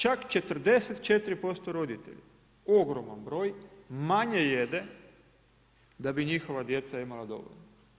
Čak 44% roditelja, ogroman broj, manje jede da bi njihova djeca imala dovoljno.